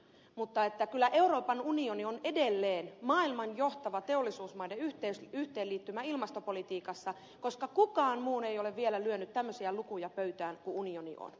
mutta kyllä euroopan unioni on edelleen maailman johtava teollisuusmaiden yhteenliittymä ilmastopolitiikassa koska kukaan muu ei ole vielä lyönyt tämmöisiä lukuja pöytään kuin unioni on